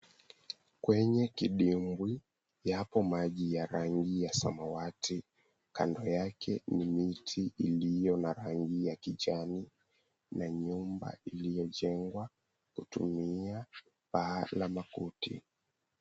Kwenye kidimbwi, yapo maji ya rangi ya samawati, kando yake ni miti iliyo na rangi ya kijani na nyumba iliyojengwa kutumia paa la makuti.